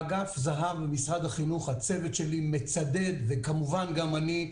באגף זה"ב במשרד החינוך, הצוות שלי וכמובן גם אני,